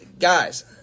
Guys